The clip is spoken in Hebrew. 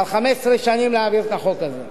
כבר 15 שנים להעביר את החוק הזה.